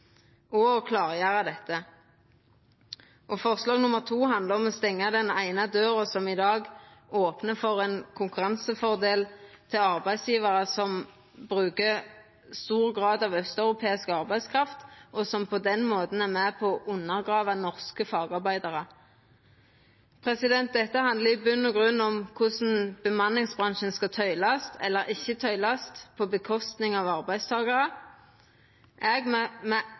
å klargjera dette. Forslag nr. 2 handlar om å stengja den eine døra som i dag opnar for ein konkurransefordel til arbeidsgjevarar som brukar stor grad av austeuropeisk arbeidskraft, og som på den måten er med på å undergrava norske fagarbeidarar. Dette handlar rett og slett om korleis bemanningsbransjen skal tyglast eller ikkje tyglast på kostnad av arbeidstakarar. Eg